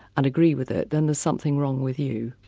and agree with it, then there's something wrong with you.